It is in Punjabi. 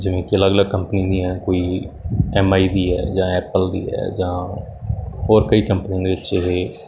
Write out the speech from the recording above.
ਜਿਵੇਂ ਕਿ ਅਲੱਗ ਅਲੱਗ ਕੰਪਨੀ ਦੀਆਂ ਹੈ ਕੋਈ ਐਮ ਆਈ ਦੀ ਹੈ ਜਾਂ ਐਪਲ ਦੀ ਹੈ ਜਾਂ ਹੋਰ ਕਈ ਕੰਪਨੀਆਂ ਦੇ ਵਿੱਚ ਇਹ